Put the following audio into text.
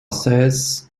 says